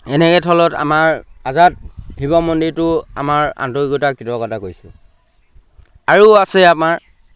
এনে স্থলত আমাৰ আজাদ শিৱ মন্দিৰটো আমাৰ আন্তৰিকতাৰ কৃতজ্ঞতা কৰিছোঁ আৰু আছে আমাৰ